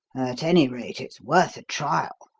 at any rate it's worth a trial.